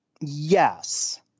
yes